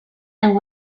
and